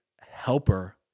helper